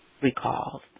recalls